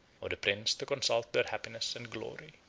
of the prince to consult their happiness and glory.